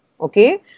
okay